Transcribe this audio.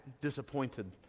disappointed